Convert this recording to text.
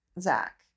Zach